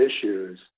issues